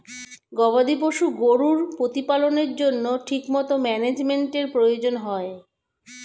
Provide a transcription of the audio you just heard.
গবাদি পশু গরুর প্রতিপালনের জন্য ঠিকমতো ম্যানেজমেন্টের প্রয়োজন হয়